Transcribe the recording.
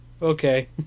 Okay